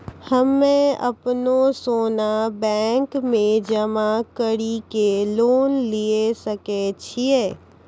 हम्मय अपनो सोना बैंक मे जमा कड़ी के लोन लिये सकय छियै?